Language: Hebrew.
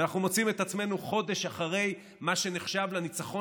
ואנחנו מוצאים את עצמנו חודש אחרי מה שנחשב לניצחון